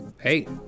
hey